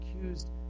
accused